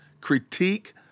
critique